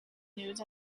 news